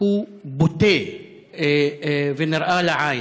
בוטה ונראה לעין.